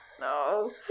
No